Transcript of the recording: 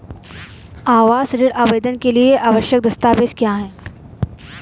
आवास ऋण आवेदन के लिए आवश्यक दस्तावेज़ क्या हैं?